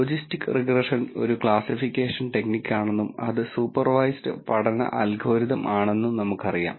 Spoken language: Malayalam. ലോജിസ്റ്റിക് റിഗ്രഷൻ ഒരു ക്ലാസ്സിഫിക്കേഷൻ ടെക്നിക് ആണെന്നും അത് സൂപ്പർവൈസ്ഡ് പഠന അൽഗോരിതം ആണെന്നും നമുക്കറിയാം